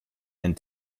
and